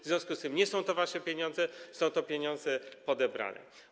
W związku z tym nie są to wasze pieniądze, są to pieniądze podebrane.